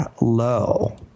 low